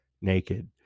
naked